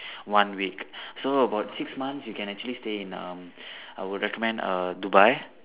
one week so about six months you can actually stay in um I would recommend err Dubai